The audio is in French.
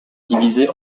divisées